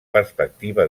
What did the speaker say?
perspectiva